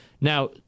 Now